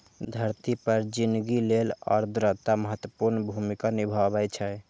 धरती पर जिनगी लेल आर्द्रता महत्वपूर्ण भूमिका निभाबै छै